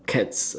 cats